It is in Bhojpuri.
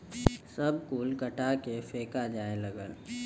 सब कुल कटा के फेका जाए लगल